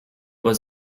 was